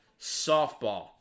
softball